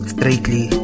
Straightly